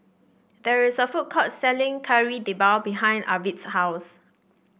there is a food court selling Kari Debal behind Arvid's house